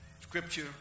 scripture